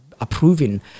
approving